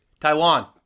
Taiwan